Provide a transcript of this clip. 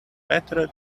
better